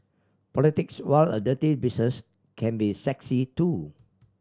politics while a dirty business can be sexy too